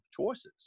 choices